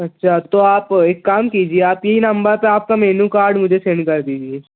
اچھا تو آپ ایک کام کیجیے آپ یہی نمبر پہ آپ کا مینو کارڈ مجھے سینڈ کر دیجیے